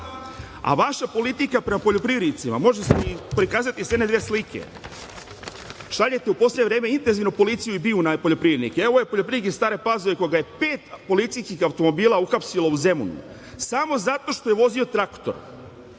politika prema poljoprivrednicima može se prikazati sa jedne slike. Šaljete u poslednje vreme intenzivno policiju i BIA na poljoprivrednike. Ovo je poljoprivrednik iz Stare Pazove kojeg je policijskih automobila uhapsilo u Zemunu samo zato što je vozio traktor.